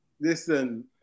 Listen